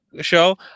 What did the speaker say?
show